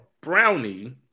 brownie